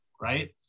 right